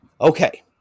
Okay